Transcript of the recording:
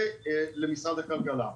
זה למשרד הכלכלה.